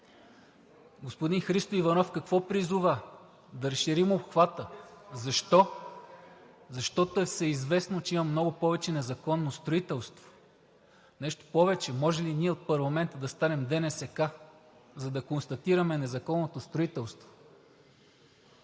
Господин Христо Иванов какво призова? Да разширим обхвата – защо? Защото е всеизвестно, че има много повече незаконно строителство. Нещо повече, може ли ние от парламента да станем ДНСК, за да констатираме незаконното строителство?